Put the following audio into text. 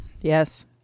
Yes